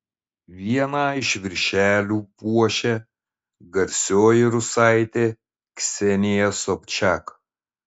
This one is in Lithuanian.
vieną iš viršelių puošia garsioji rusaitė ksenija sobčak